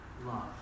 love